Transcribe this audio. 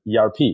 ERP